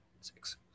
six